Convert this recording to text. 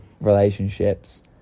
relationships